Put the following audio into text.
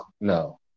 no